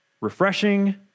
refreshing